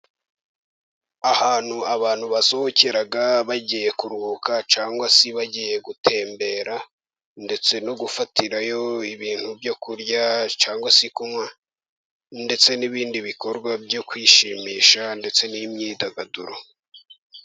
Ahantu abantu basohokera bagiye kuruhuka cyangwa se bagiye gutembera, ndetse no gufatirayo ibintu byo kurya cyangwa se kunywa, ndetse n'ibindi bikorwa byo kwishimisha ndetse n'imyidagaduro.